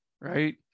Right